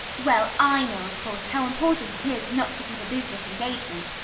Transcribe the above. well, i know, of course, how important it is not to keep a business engagement,